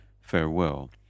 Farewell